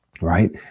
right